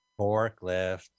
Forklift